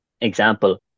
example